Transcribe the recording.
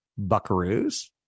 buckaroos